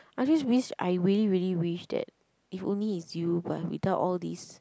I just wish I really really really wish that if only it's you but without all these